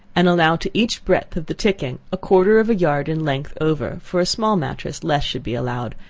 and allow to each breadth of the ticking, a quarter of a yard in length over for a small matress less should be allowed,